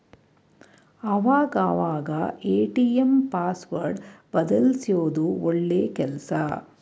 ಆವಾಗ ಅವಾಗ ATM password ಬದಲ್ಯಿಸೋದು ಒಳ್ಳೆ ಕೆಲ್ಸ